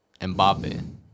Mbappe